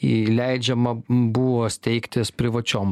įleidžiama buvo steigtis privačioms